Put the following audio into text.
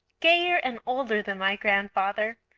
gayer and older than my grand father,